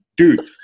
Dude